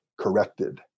corrected